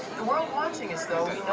the world watching us though,